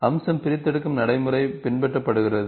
அம்சம் பிரித்தெடுக்கும் நடைமுறை பின்பற்றப்படுகிறது